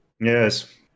Yes